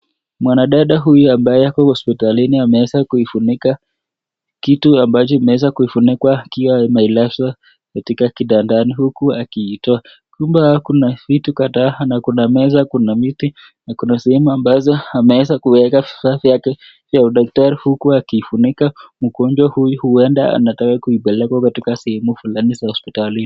Mwanadada huyu ambaye ako hospitalini ameweza kuifunika kitu ambacho kimelazwa katika kitandani huku akiitoa. Nyuma yake kuna vitu kadhaa kuna meza, viti na kuna sehemu ambazo ameweza kueka sare yake ya udaktari huku akiifunika. Mgonjwa huyu huenda anataka kuipelekwa katika sehemu fulani za hospitalini.